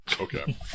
Okay